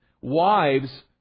Wives